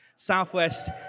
Southwest